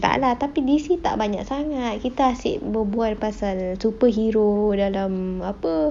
tak lah tapi D_C tak banyak sangat kita asyik berbual pasal superhero dalam apa